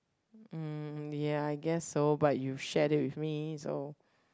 mm ya I guess so but you shared it with me so